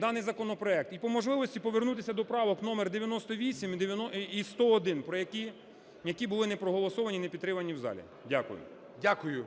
даний законопроект. І по можливості повернутися до правок номер 98 і 101, які були не проголосовані, не підтримані в залі. Дякую.